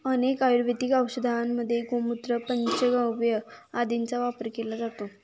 अनेक आयुर्वेदिक औषधांमध्ये गोमूत्र, पंचगव्य आदींचा वापर केला जातो